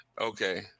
okay